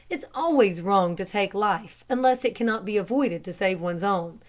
it's always wrong to take life unless it cannot be avoided to save one's own.